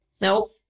Nope